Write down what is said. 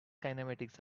kinematics